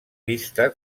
vista